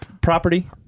property